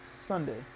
Sunday